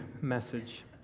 message